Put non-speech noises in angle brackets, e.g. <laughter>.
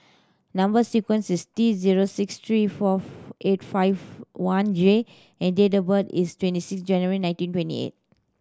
number sequence is T zero six three four <unintelligible> eight five one J and date of birth is twenty six January nineteen twenty eight